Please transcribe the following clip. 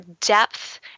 depth